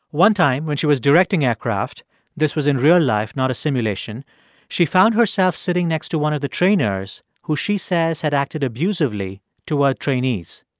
one time when she was directing aircraft this was in real life, not a simulation she found herself sitting next to one of the trainers who she says had acted abusively toward trainees.